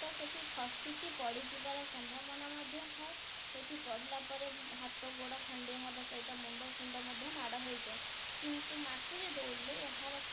ତ ସେଠି ଖସିକି ପଡ଼ିଯିବାର ସମ୍ଭାବନା ମଧ୍ୟ ଥାଏ ସେଠି ପଡ଼ିଲା ପରେ ହାତ ଗୋଡ଼ ଖଣ୍ଡିଆ ହେବା ସହିତ ମୁଣ୍ଡ ଫୁଣ୍ଡ ମଧ୍ୟ ମାଡ଼ ହୋଇଯାଏ କିନ୍ତୁ ମାଟିରେ ଦୌଡ଼ିଲେ ଏହାର